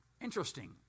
Interesting